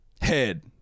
head